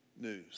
news